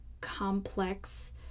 complex